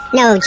no